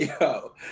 Yo